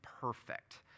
perfect